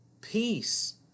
peace